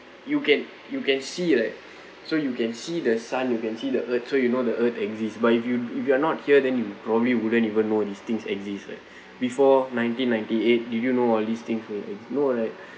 you can you can see right so you can see the sun you can see the earth so you know the earth exist but if you if you are not here then you probably wouldn't even know these things exist like before nineteen ninety eight do you know while this thing will exist no like